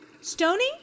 Stony